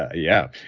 ah yeah,